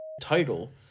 title